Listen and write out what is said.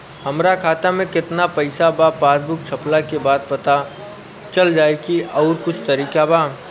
हमरा खाता में केतना पइसा बा पासबुक छपला के बाद पता चल जाई कि आउर कुछ तरिका बा?